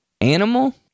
Animal